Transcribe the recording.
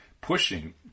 pushing